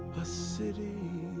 a city